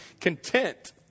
content